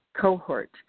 cohort